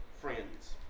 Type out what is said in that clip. friends